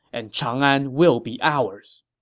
and chang'an will be ours.